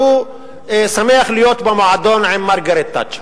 הוא שמח להיות במועדון עם מרגרט תאצ'ר.